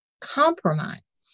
compromise